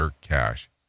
cash